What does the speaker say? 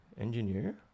engineer